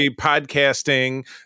Podcasting